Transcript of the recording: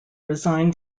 resign